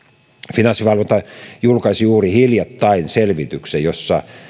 finanssivalvonta julkaisi juuri hiljattain selvityksen jossa